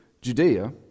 Judea